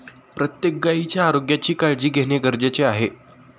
प्रत्येक गायीच्या आरोग्याची काळजी घेणे गरजेचे आहे